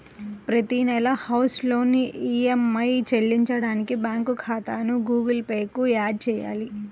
ప్రతి నెలా house loan EMI చెల్లించడానికి బ్యాంకు ఖాతాను గుగుల్ పే కు యాడ్ చేయాలి